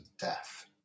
death